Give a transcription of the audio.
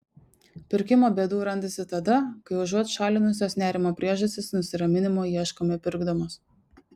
pirkimo bėdų randasi tada kai užuot šalinusios nerimo priežastis nusiraminimo ieškome pirkdamos